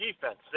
defense